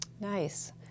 Nice